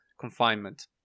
confinement